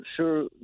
sure